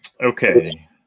Okay